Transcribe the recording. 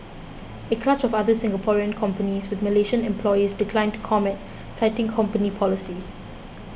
a clutch of other Singaporean companies with Malaysian employees declined to comment citing company policy